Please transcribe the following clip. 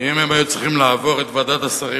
אם הם היו צריכים לעבור את ועדת השרים